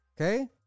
Okay